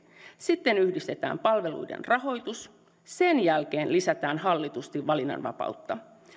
sitten yhdistetään palveluiden rahoitus sen jälkeen lisätään hallitusti valinnanvapautta